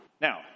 Now